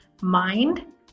mind